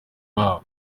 babo